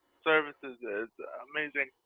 services. it's amazing.